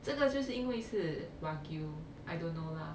这个就是因为是 wagyu I don't know lah